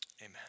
Amen